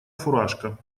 фуражка